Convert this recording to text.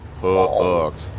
hooked